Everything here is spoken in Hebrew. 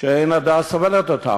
שאין הדעת סובלת אותן,